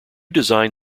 design